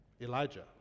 Elijah